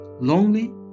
lonely